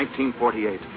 1948